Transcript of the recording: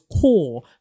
core